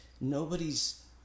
nobody's